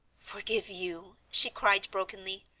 forgive you! she cried, brokenly.